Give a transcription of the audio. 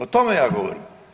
O tome ja govorim.